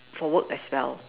for work as well